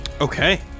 Okay